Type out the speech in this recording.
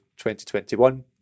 2021